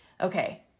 Okay